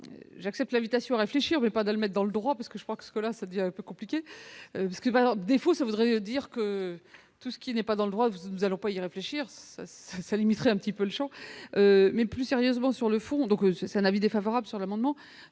J'accepte l'invitation à réfléchir, mais pas d'dans le droit, parce que je crois que ce que l'incendie, un peu compliqué, ce qui va, par défaut, ça voudrait dire que tout ce qui n'est pas dans le droit, nous allons pas y réfléchir, ça ça limiterait un petit peu le Champ mais plus sérieusement. Sur le fond, donc c'est c'est un avis défavorable sur l'amendement